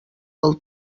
del